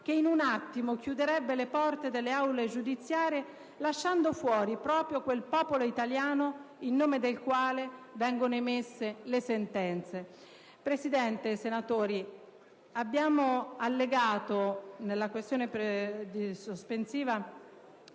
che in un attimo chiuderebbe le porte delle aule giudiziarie, lasciando fuori proprio quel popolo italiano in nome del quale vengono emesse le sentenze. Signor Presidente, onorevoli senatori, abbiamo allegato nella questione sospensiva